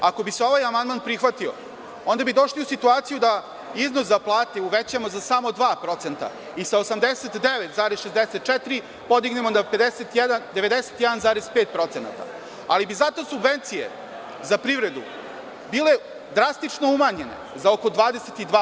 Ako bi se ovaj amandman prihvatio, onda bi došli u situaciju da iznos za plate uvećamo za samo 2% i sa 89,64% podignemo na 91,5%, ali bi zato subvencije za privredu bile drastično umanjene za oko 22%